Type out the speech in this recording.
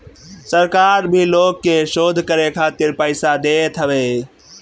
सरकार भी लोग के शोध करे खातिर पईसा देत हवे